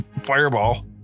fireball